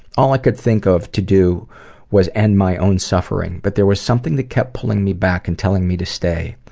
all i could think of to do was end my own suffering, but there was something that kept pulling me back and telling me to stay.